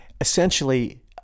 essentially